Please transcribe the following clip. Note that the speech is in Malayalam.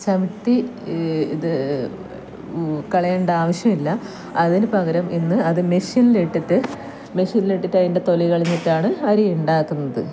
ചവിട്ടി ഇത് കളയേണ്ട ആവശ്യമില്ല അതിനു പകരം ഇന്ന് അത് മെഷിൻലിട്ടിട്ട് മെഷിൻലിട്ടിട്ട് അതിന്റെ തൊലി കളഞ്ഞിട്ടാണ് അരി ഉണ്ടാക്കുന്നത്